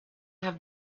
have